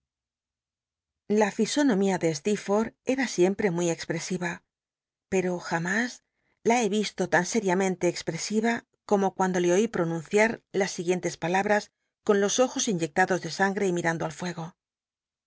a lisonomia de s este era siempre muy expresiva pero jamás la he yisto tan seriamente expresil'a como cuando le oi lll'onunciar las siguientes palabras con los ojos inyectados de sangre y mirando al fuego